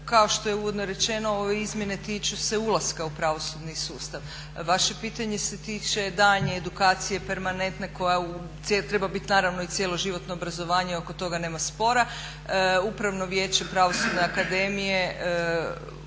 Kao što je uvodno rečeno ove izmjene tiču se ulaska u pravosudni sustav. Vaše pitanje se tiče daljnje edukacije permanentne koja treba biti naravno i cijeloživotno obrazovanje, oko toga nema spora. Upravno vijeće Pravosudne akademije